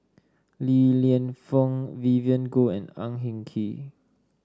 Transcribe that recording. Li Lienfung Vivien Goh and Ang Hin Kee